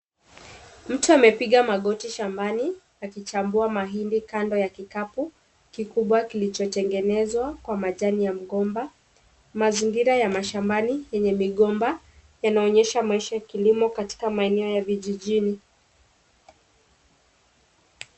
Mtu amepiga magoti shambani, akichambua mahindi kando ya kikapu kikubwa kilichotengenezwa kwa majani ya mgomba. Mazingira ya mashambani yenye migomba yanaonyesha maisha ya kilimo katika maeneo ya vijijini.